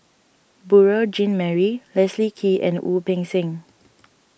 Beurel Jean Marie Leslie Kee and Wu Peng Seng